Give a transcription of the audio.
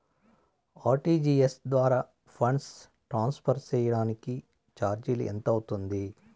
RTGS ద్వారా funds transfer సేయడానికి చార్జీలు ఎంత అవుతుంది